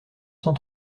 cent